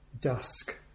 dusk